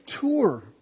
tour